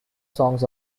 songs